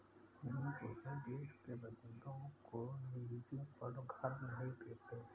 हम दुसरे देश के बन्दों को लीजिंग पर घर नहीं देते